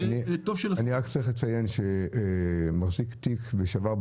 אני רק צריך לציין שאריה קינג מחזיק תיק לשעבר,